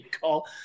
call